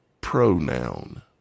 pronoun